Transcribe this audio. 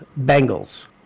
Bengals